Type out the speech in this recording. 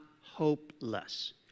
hopeless